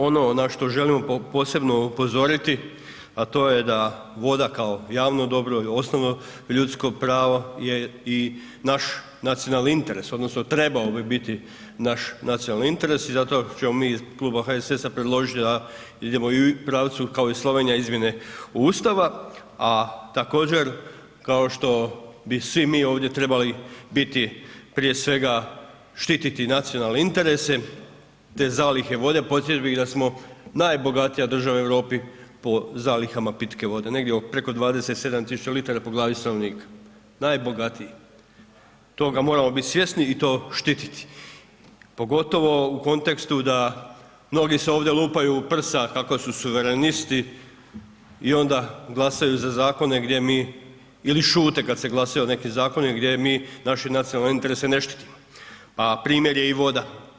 Ono na što želimo posebno upozoriti a to je da voda kao javno dobro i odnosno ljudsko pravo je i naš nacionalni interes odnosno trebao bi biti naš nacionalni interes i zašto ćemo mi iz kluba HSS-a predložiti da idemo i u pravcu kao i Slovenija, izmjene Ustava a također kao što bi svi mi ovdje trebali biti prije svega štititi nacionalne interese te zalihe vode, podsjetio bih da smo najbogatija država u Europi po zalihama pitke vode, negdje preko 27 000 litara po glavi stanovnika, najbogatiji, toga moramo biti svjesni i to štititi, pogotovo u kontekstu da mnogi se ovdje lupaju u prsa kako su suverenisti i onda glasaju za zakone gdje mi ili šute kad se glasa o nekim zakonima gdje mi naše nacionalne interese ne štitimo a primjer je i voda.